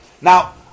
Now